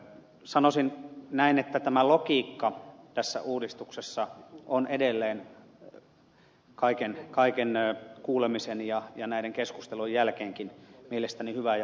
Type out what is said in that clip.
sanoisin näin että tämä logiikka tässä uudistuksessa on edelleen kaiken kuulemisen ja näiden keskustelujen jälkeenkin mielestäni hyvä ja oikea